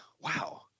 wow